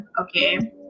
okay